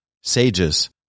sages